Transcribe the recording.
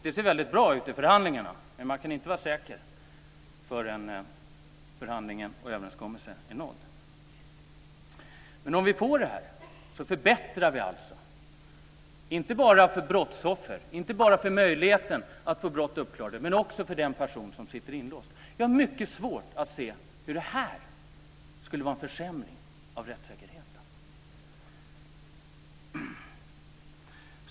Det ser väldigt bra ut i förhandlingarna, men man kan inte vara säker förrän förhandlingen är slut och överenskommelsen nådd. Om vi får detta till stånd förbättrar vi alltså inte bara för brottsoffer utan också för den person som sitter inlåst. Vi ökar också möjligheterna att få brott uppklarade. Jag har mycket svårt att se hur detta skulle vara en försämring av rättssäkerheten.